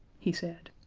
he said.